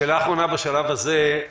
שאלה אחרונה לשלב הזה,